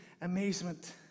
amazement